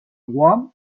guam